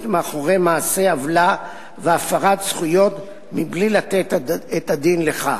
מאחורי מעשי עוולה והפרת זכויות בלי לתת את הדין על כך.